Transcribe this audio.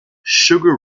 sugar